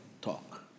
talk